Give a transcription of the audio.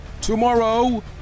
Tomorrow